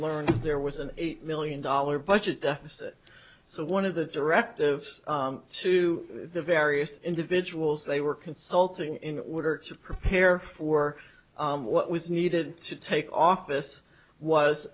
learned there was an eight million dollar budget deficit so one of the directives to the various individuals they were consulting in order to prepare for what was needed to take office was